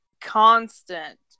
constant